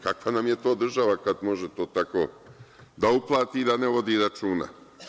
Kakva nam je to država kada može tako da uplati i da ne vodi računa?